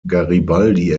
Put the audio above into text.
garibaldi